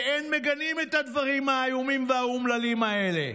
ואין מגנים את הדברים האיומים והאומללים האלה.